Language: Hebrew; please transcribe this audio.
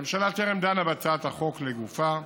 הממשלה טרם דנה בהצעת החוק לגופה,